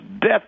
death